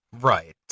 Right